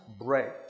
bread